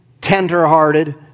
tender-hearted